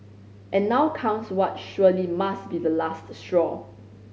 and now comes what surely must be the last straw